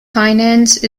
finance